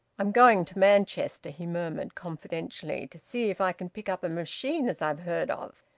i'm going to manchester, he murmured confidentially. to see if i can pick up a machine as i've heard of.